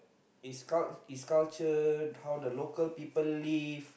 its cul~ its culture how the local people live